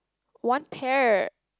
one pair